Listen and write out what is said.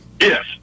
Yes